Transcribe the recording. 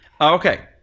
Okay